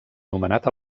nomenat